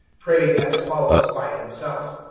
prayed as follows by himself